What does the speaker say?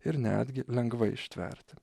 ir netgi lengvai ištverti